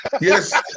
Yes